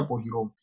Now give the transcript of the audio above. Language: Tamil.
மற்ற போகிறோம்